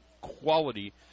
quality